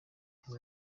abo